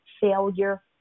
failure